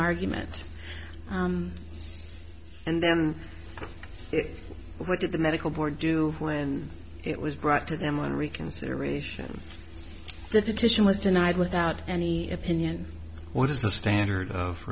arguments and then why did the medical board do when it was brought to them on reconsideration the petition was denied without any opinion what is the standard of